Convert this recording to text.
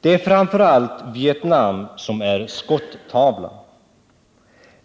Det är framför allt Vietnam som är skottavlan.